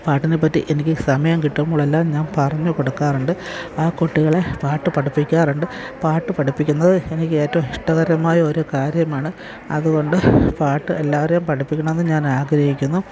പാട്ടിനെപ്പറ്റി എനിക്ക് സമയം കിട്ടുമ്പോഴെല്ലാം ഞാൻ പറഞ്ഞു കൊടുക്കാറുണ്ട് ആ കുട്ടികളെ പാട്ട് പഠിപ്പിക്കാറുണ്ട് പാട്ട് പഠിപ്പിക്കുന്നത് എനിക്കേറ്റവും ഇഷ്ടകരമായൊരു കാര്യമാണ് അതുകൊണ്ട് പാട്ട് എല്ലാവരെയും പഠിപ്പിക്കണമെന്ന് ഞാനാഗ്രഹിക്കുന്നു